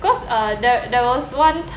cause uh there there was one